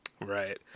Right